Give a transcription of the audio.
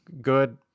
good